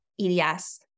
EDS